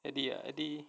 eddie ah eddie